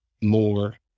more